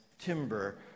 timber